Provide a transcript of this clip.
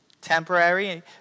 temporary